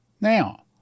Now